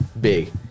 big